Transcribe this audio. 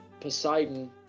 Poseidon